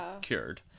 cured